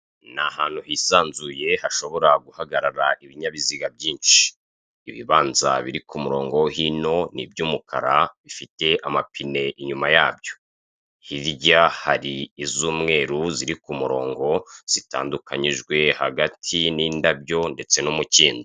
Ni ahantu hisanzuye hashobora guhagarara ibinyabiziga byinshi, ibibanza biri kumurongo wo hino, ni iby'umukara bifite amapine inyuma yabyo. hirya hari iz'umweru ziri kumurongo, zitandukanijwe hagati n'indabyo ndetse n'umukindo.